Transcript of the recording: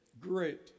great